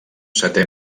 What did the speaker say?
setè